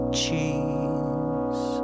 cheese